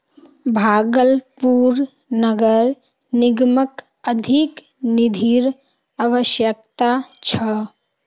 भागलपुर नगर निगमक अधिक निधिर अवश्यकता छ